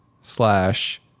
slash